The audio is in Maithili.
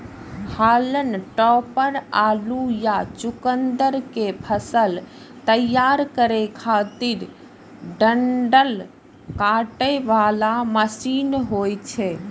हाल्म टॉपर आलू या चुकुंदर के फसल तैयार करै खातिर डंठल काटे बला मशीन होइ छै